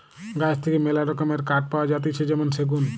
গাছ থেকে মেলা রকমের কাঠ পাওয়া যাতিছে যেমন সেগুন